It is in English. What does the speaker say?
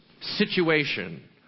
situation